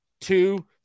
two